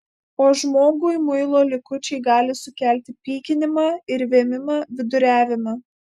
o žmogui muilo likučiai gali sukelti pykinimą ir vėmimą viduriavimą